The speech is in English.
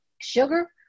sugar